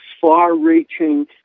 far-reaching